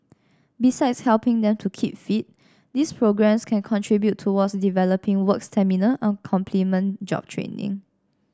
besides helping them to keep fit these programmes can contribute towards developing work stamina and complement job training